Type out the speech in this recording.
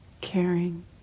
caring